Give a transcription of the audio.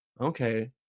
Okay